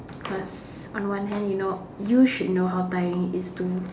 because on one hand you know you should know how tiring it is